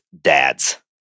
dads